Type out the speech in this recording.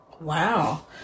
Wow